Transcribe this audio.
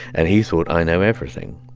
and he thought, i know everything.